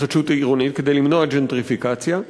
ג'נטריפיקציה,